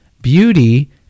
Beauty